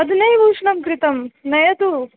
अधुनैव उष्णं कृतं नयतु